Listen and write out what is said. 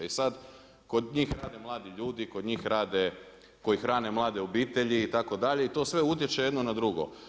I sad, kod njih rade mladi ljudi, kod njih rade koji hrane mlade obitelji, itd. i to sve utječe jedno na drugo.